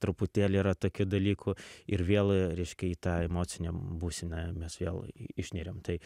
truputėlį yra tokių dalykų ir vėl reiškia į tą emocinę būseną mes vėl išneriam tai